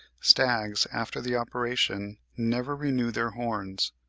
stags after the operation never renew their horns.